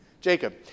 Jacob